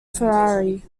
ferrari